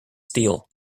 steel